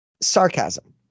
sarcasm